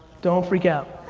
don't freak out.